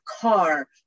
car